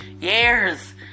years